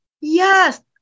yes